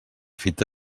fita